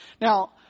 Now